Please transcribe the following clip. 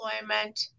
employment